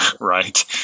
right